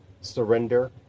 surrender